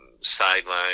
sideline